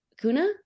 Kuna